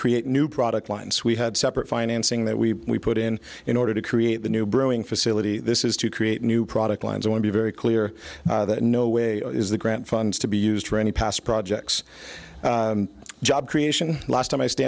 create new product lines we had separate financing that we put in in order to create the new brewing facility this is to create new product lines and be very clear that in no way is the grant funds to be used for any past projects job creation last time i st